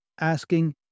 asking